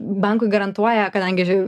bankui garantuoja kadangi